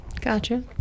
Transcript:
Gotcha